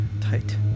tight